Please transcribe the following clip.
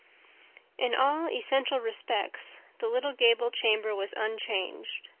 in all essential respects the little gable chamber was unchanged.